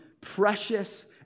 precious